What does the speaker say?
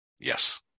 Yes